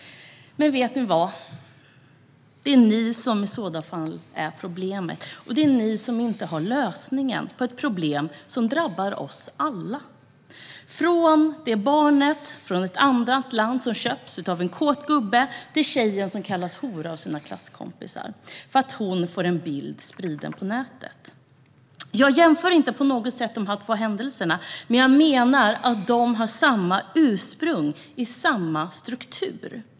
Men vet ni vad? Det är i så fall ni som är problemet. Det är ni som inte har lösningen på ett problem som drabbar oss alla - från det barn från ett annat land som köps av en kåt gubbe till tjejen som kallas hora av sina klasskompisar för att hon får en bild spridd på nätet. Jag jämför inte på något sätt dessa två händelser, men jag menar att de har sitt ursprung i samma struktur.